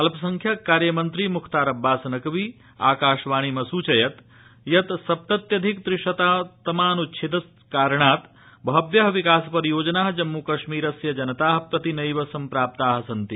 अल्पसंख्यक कार्यमन्त्री मुख्तार अब्बास नकवी आकाशवाणीम् असूचयत् यत् सप्तत्यधिक त्रिंशततमानुच्छेद कारणात् वहव्य विकास परियोजना जम्मू कश्मीरस्य जनता प्रति नैव सम्प्रप्ता सन्ति